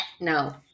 no